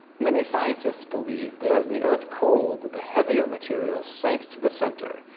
many scientists believe that as the earth cooled, the heavier materials sank to the center.